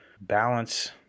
balance